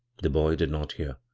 the boy did not hear.